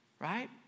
right